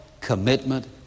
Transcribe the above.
commitment